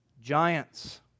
giants